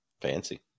Fancy